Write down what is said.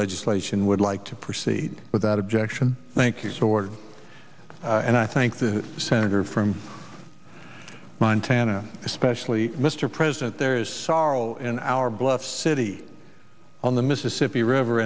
legislation would like to proceed without objection thank you sword and i thank the senator from montana especially mr president there is sorrow in our bluff city on the mississippi river